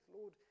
Lord